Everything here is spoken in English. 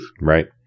Right